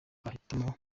abahitamo